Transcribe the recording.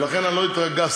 ולכן אני לא התרגזתי.